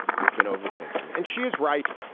you've been overthinking and she is right.